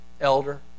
elder